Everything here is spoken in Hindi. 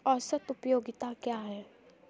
औसत उपयोगिता क्या है?